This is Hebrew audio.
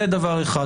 זה דבר אחד.